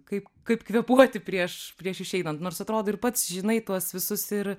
kaip kaip kvėpuoti prieš prieš išeinant nors atrodo ir pats žinai tuos visus ir